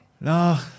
no